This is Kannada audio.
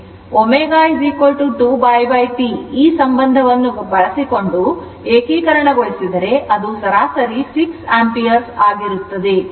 ಆದ್ದರಿಂದ ω 2π T ಈ ಸಂಬಂಧವನ್ನು ಬಳಸಿಕೊಂಡು ಏಕೀಕರಣಗೊಳಿಸಿದರೆ ಅದು ಸರಾಸರಿ 6 ಆಂಪಿಯರ್ ಆಗಿರುತ್ತದೆ